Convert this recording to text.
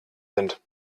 sind